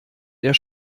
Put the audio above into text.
der